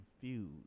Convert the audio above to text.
confused